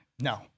No